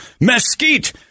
mesquite